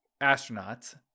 astronauts